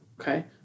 okay